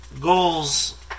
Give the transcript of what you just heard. goals